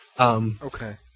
Okay